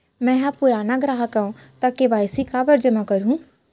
मैं ह पुराना ग्राहक हव त के.वाई.सी काबर जेमा करहुं?